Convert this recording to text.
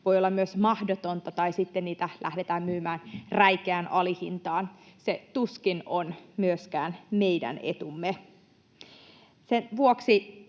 voi olla myös mahdotonta tai sitten niitä lähdetään myymään räikeään alihintaan. Se tuskin on myöskään meidän etumme. Sen vuoksi